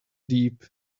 deep